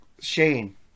Shane